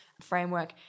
framework